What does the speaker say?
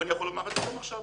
ואני יכול לומר את זה גם עכשיו.